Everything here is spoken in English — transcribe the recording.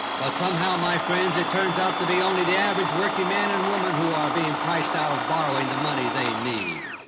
but somehow, my friends, it turns out to be only the average working man and woman who are being and priced out of borrowing the money they need.